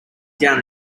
down